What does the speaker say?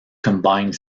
combined